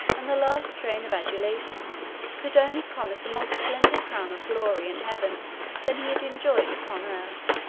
and the last strain of adulation could only promise a more splendid crown of glory in heaven than he had enjoyed upon earth.